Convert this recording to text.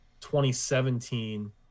2017